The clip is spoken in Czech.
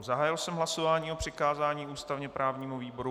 Zahájil jsem hlasování o přikázání ústavněprávnímu výboru.